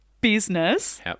business